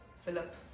Philip